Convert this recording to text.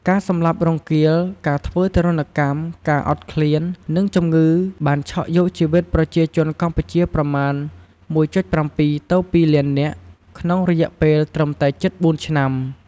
ការសម្លាប់រង្គាល ការធ្វើទារុណកម្ម ការអត់ឃ្លាន និងជំងឺបានឆក់យកជីវិតប្រជាជនកម្ពុជាប្រមាណ ១.៧ ទៅ ២ លាននាក់ ក្នុងរយៈពេលត្រឹមតែជិត ៤ ឆ្នាំ។